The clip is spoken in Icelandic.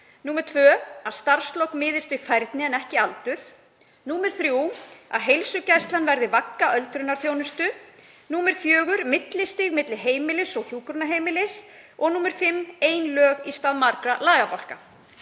nr. 2 að starfslok miðist við færni en ekki aldur; nr. 3 að heilsugæslan verði vagga öldrunarþjónustu; nr. 4 að millistig verði milli heimilis og hjúkrunarheimilis og nr. 5 er ein lög í stað margra lagabálka.